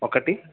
ఒకటి